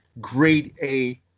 grade-A